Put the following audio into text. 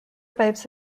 pipes